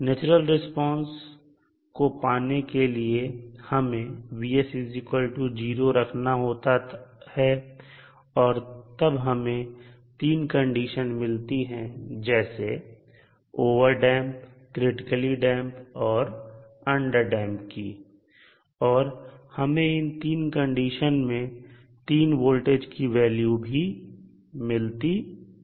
natural response को पाने के लिए हमें Vs 0 रखना होता है और तब हमें 3 कंडीशन मिलती हैं जैसे ओवरटडैंप क्रिटिकली डैंप और अंडरडैंप की और हमें इन 3 कंडीशन में 3 वोल्टेज की वैल्यू भी मिलती है